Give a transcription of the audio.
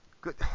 Good